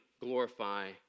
glorify